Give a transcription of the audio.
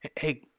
Hey